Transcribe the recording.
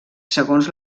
segons